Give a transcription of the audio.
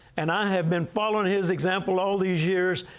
and i have been following his example all these years.